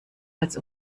als